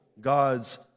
God's